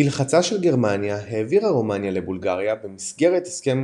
בלחצה של גרמניה העבירה רומניה לבולגריה במסגרת הסכם